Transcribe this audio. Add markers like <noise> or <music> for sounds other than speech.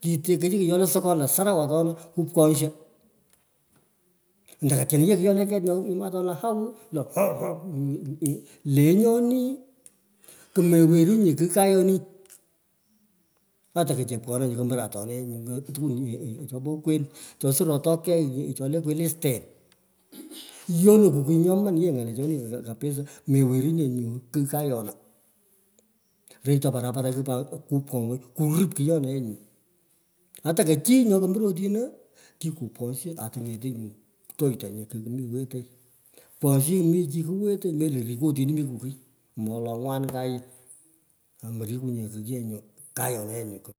kite kuchou kiyo le sokor le antona kphorsho, ande kachini ye kign nyole ket nyomi atona lo haw kute wow wow lenyoni kumewerunge kigh kayoni. ate ko chepkano nyo kimurei atoni <hesitation> tukwer chopo suratoike. chole kwilisten. Yono kukiy nyoman yee ngålechoni kabisaa me werenye nyu kigh kayona. Roytoi parapara kigh pat kupkong'oi kurip kyona. Yee nguu. Ata ko chi nyo komoroy otino kikopkonsho ating'eti nyo terchtanyi akmi wetoi. Pkonshiyi mi chi kiwetoi melo. rikui otini mi kukiy ombowolo ngwen kagi amorikui nye ye kigh nyu kayona ye nyuu.